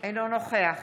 אינו נוכח